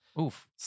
Oof